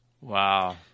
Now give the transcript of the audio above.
Wow